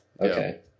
okay